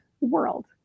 world